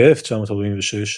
ב-1946,